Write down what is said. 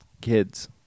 kids